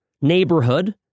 neighborhood